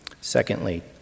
Secondly